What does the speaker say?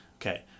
Okay